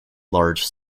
large